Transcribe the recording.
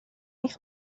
eich